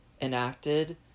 enacted